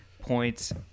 points